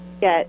get